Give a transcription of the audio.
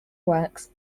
works